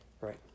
right